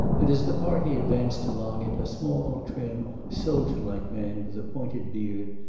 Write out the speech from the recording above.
and as the party advanced along it a small, trim, soldier-like man, with a pointed beard,